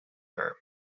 her